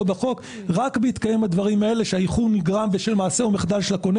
בחוק רק בהתקיים הדברים האלה: האיחור נגרם בשל מעשה או מחדל של הקונה